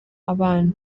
abana